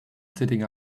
sitting